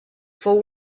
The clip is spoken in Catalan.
fou